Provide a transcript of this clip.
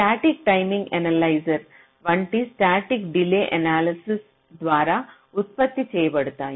static timing analyser వంటి static delay analysis ద్వారా ఉత్పత్తి చేయబడతాయి